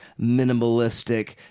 minimalistic